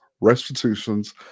restitutions